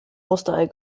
osterei